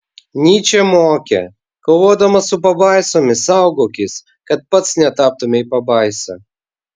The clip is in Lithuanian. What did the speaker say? nyčė mokė kovodamas su pabaisomis saugokis kad pats netaptumei pabaisa